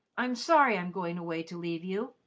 i'm sorry i'm going away to leave you,